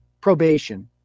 probation